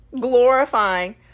glorifying